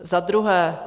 Za druhé.